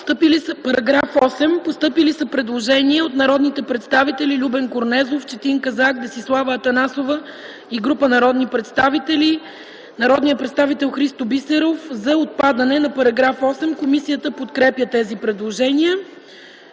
Постъпили са предложения от народните представители Любен Корнезов, Четин Казак, Десислава Атанасова и група народни представители, и от народния представител Христо Бисеров за отпадане на § 8. Комисията подкрепя тези предложения.